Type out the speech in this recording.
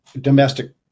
domestic